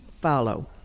follow